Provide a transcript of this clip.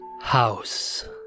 House